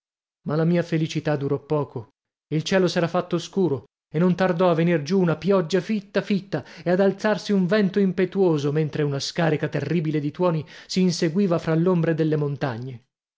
ma la mia felicità durò poco il cielo s'era fatto scuro e non tardò a venir giù una pioggia fitta fitta e ad alzarsi un vento impetuoso mentre una scarica terribile di tuoni si inseguiva fra l'ombre delle montagne